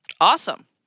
Awesome